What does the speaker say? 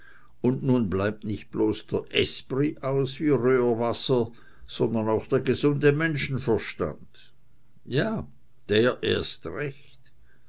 und nun bleibt nicht bloß der esprit aus wie röhrwasser sondern auch der gesunde menschenverstand ja der erst recht